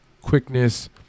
quickness